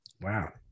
Wow